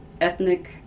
ethnic